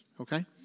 Okay